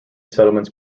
settlements